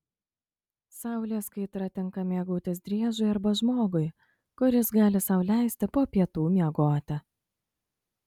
saulės kaitra tinka mėgautis driežui arba žmogui kuris gali sau leisti po pietų miegoti